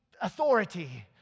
authority